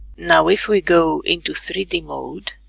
now, if we go into three d mode,